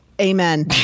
amen